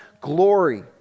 glory